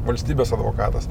valstybės advokatas